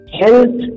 health